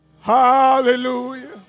Hallelujah